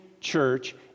church